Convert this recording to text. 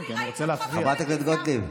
ראיתי אותך בטלוויזיה,